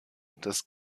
dass